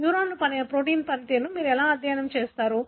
న్యూరాన్లో protein పనితీరును మీరు ఎలా అధ్యయనం చేస్తారు